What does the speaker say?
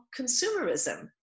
consumerism